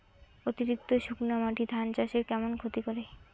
অতিরিক্ত শুকনা মাটি ধান চাষের কেমন ক্ষতি করে?